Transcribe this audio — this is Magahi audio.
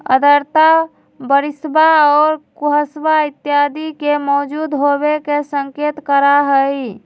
आर्द्रता बरिशवा और कुहसवा इत्यादि के मौजूद होवे के संकेत करा हई